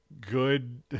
good